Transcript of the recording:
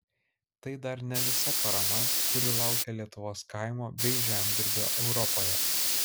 tai dar ne visa parama kuri laukia lietuvos kaimo bei žemdirbio europoje